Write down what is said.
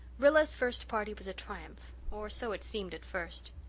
rilla's first party was a triumph or so it seemed at first.